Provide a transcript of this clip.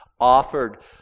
offered